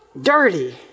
dirty